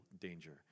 danger